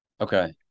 Okay